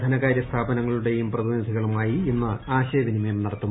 ധനകാരൃ സ്ഥാപനങ്ങളുടെയും പ്രതിനിധികളുമായി ഇന്ന് ആശയവിനിമയം നടത്തും